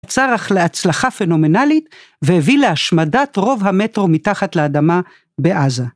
צרך להצלחה פנומנלית והביא להשמדת רוב המטרו מתחת לאדמה בעזה.